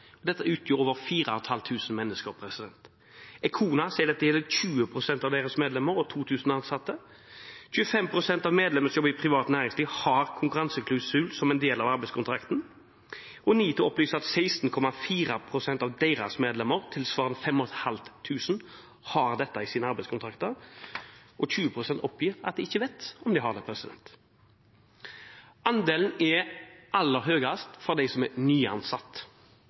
Dette utgjør over 4 500 mennesker. Econa sier dette gjelder 20 pst. av deres medlemmer og 2 000 ansatte. 25 pst. av deres medlemmer som jobber i privat næringsliv, har konkurranseklausul som en del av arbeidskontrakten. NITO opplyser at 16,4 pst. av deres medlemmer, tilsvarende 5 500, har dette i sine arbeidskontrakter. 20 pst. oppgir at de ikke vet om de har det. Andelen er aller høyest hos dem som er nyansatt.